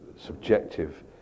subjective